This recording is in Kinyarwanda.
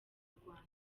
rwanda